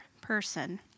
person